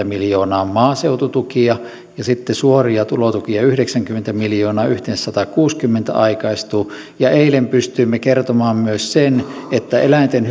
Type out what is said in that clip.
miljoonaa maaseututukia ja sitten suoria tulotukia yhdeksänkymmentä miljoonaa yhteensä satakuusikymmentä miljoonaa aikaistuu eilen pystyimme kertomaan myös sen että eläinten